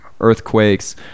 earthquakes